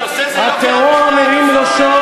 הנושא הוא לא איראן.